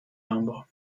number